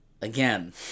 Again